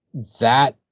that,